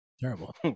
Terrible